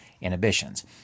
inhibitions